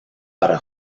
para